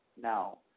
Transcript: No